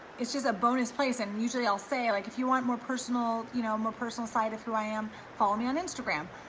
it's just a bonus place, and usually i'll say like, if you want more personal you know um personal side of who i am, follow me on instagram.